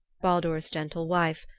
baldur's gentle wife,